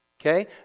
Okay